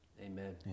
Amen